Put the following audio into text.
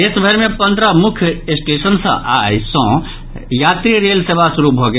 देशभरि मे पन्द्रह मुख्य स्टेशन सॅ आई सॅ यात्री रेल सेवा शुरू भऽ गेल